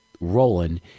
rolling